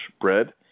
bread